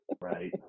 Right